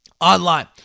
online